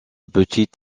petit